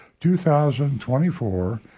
2024